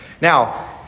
Now